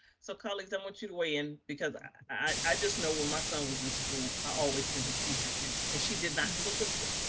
so colleagues i want you to weigh in. because i i just know when my son was in school, i always send his teacher a gift and she did not solicit,